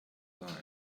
lives